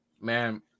man